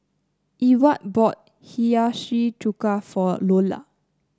Ewart bought Hiyashi Chuka for Lola